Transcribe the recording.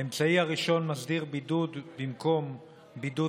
האמצעי הראשון מסדיר בידוד במקום בידוד